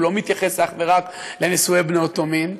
הוא לא מתייחס אך ורק לנישואי בני אותו מין.